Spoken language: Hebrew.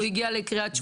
הוא הגיע מקריית שמונה.